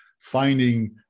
finding